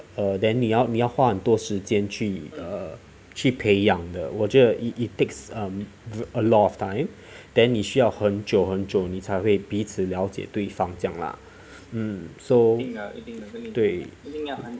err then 你要你要花很多时间去 err 去培养的我觉得 it takes um a lot of time then 你需要很久很久你才会彼此了解对方这样啦 mm so 对